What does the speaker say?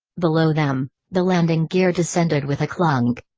below them, the landing gear descended with a clunk.